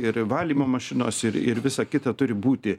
ir valymo mašinos ir ir visa kita turi būti